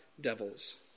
devils